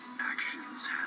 actions